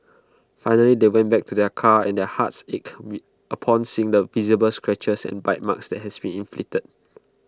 finally they went back to their car and their hearts ached upon seeing the visible scratches and bite marks that has been inflicted